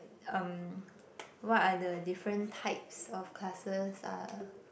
um what are the different types of classes are